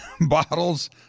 bottles